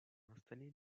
installer